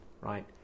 right